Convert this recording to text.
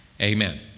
Amen